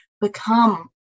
become